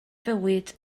fywyd